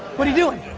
what are you doing?